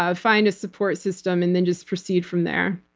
ah find a support system, and then just proceed from there.